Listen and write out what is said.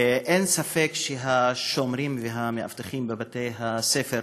אין ספק שהשומרים והמאבטחים בבתי-הספר